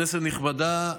כנסת נכבדה,